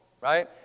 right